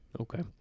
Okay